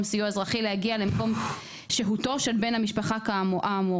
סיוע אזרחי להגיע למקום שהותו של בן המשפחה האמור.